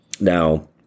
Now